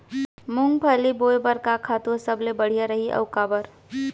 मूंगफली बोए बर का खातू ह सबले बढ़िया रही, अऊ काबर?